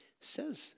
says